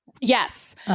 Yes